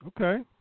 Okay